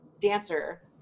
dancer